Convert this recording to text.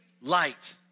light